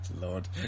Lord